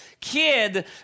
kid